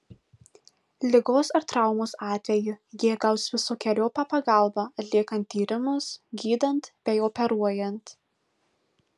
ligos ar traumos atveju jie gaus visokeriopą pagalbą atliekant tyrimus gydant bei operuojant